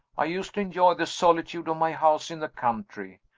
i used to enjoy the solitude of my house in the country.